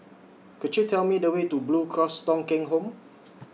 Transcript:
Could YOU Tell Me The Way to Blue Cross Thong Kheng Home